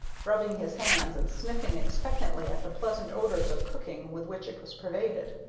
rubbing his hands and sniffing expectantly at the pleasant odors of cooking with which it was pervaded.